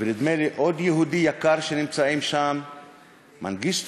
ונדמה לי שעוד יהודי יקר נמצא שם, מנגיסטו?